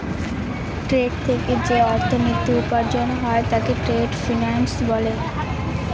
trade থেকে যে অর্থনীতি উপার্জন হয় তাকে ট্রেড ফিন্যান্স বলে